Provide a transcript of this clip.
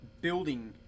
building